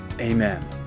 Amen